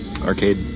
arcade